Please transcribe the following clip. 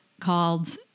called